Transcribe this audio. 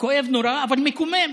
כואב נורא, אבל מקומם.